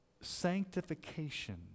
sanctification